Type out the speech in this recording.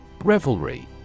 Revelry